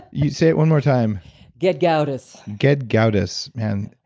yeah say it one more time gedgaudas gedgaudas, man.